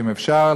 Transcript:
אם אפשר,